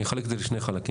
אני אחלק את זה לשני חלקים.